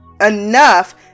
enough